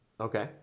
okay